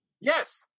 Yes